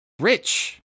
rich